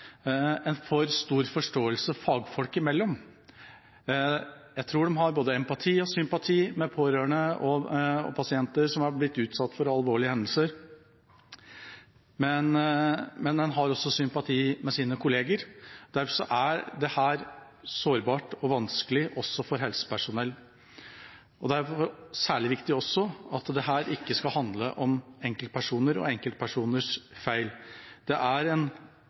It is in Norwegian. en for stor forståelse fagfolk imellom. Jeg tror de har både empati og sympati med pårørende og med pasienter som har blitt utsatt for alvorlige hendelser, men de har også sympati med sine kolleger. Derfor er dette sårbart og vanskelig også for helsepersonell. Det er særlig viktig at dette ikke skal handle om enkeltpersoner og enkeltpersoners feil. Det er en